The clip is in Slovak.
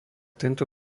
tento